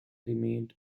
remained